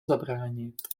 zabránit